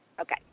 Okay